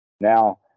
Now